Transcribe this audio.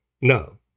No